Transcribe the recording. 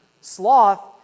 Sloth